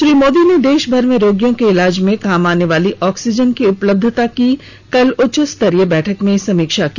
श्री मोदी ने देशभर में रोगियों के इलाज में काम आने वाली आक्सीजन की उपलब्यता की कल उच्च स्तरीय बैठक में समीक्षा की